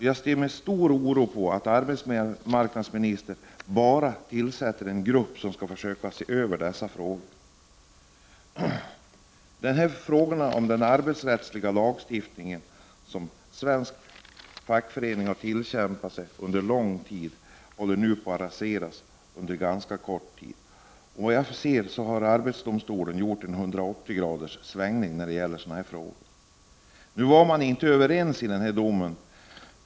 Jag ser med stor oro på att arbetsmarknadsministern endast tillsätter en grupp som skall se över dessa frågor. Den arbetsrättslagstiftning som den svenska fackföreningsrörelsen har tillkämpat sig under lång tid håller nu snabbt på att raseras. Såvitt jag förstår har arbetsdomstolen gjort en 180-gradig svängning när det gäller sådana här frågor. Arbetsdomstolen var emellertid inte enig när det gäller denna dom.